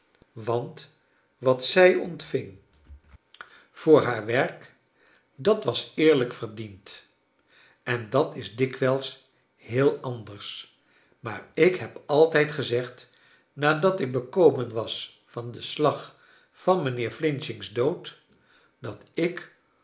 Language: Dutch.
want wat zij ontving voor haar werk dat was eerlijk verdiend en dat is dikwijls heel anders maar ik hob altijd gezegd nadat ik bekomen was van den slag van mijnheer f's dood dat ik